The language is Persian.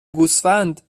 گوسفند